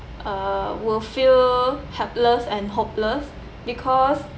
uh will feel helpless and hopeless because